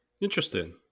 Interesting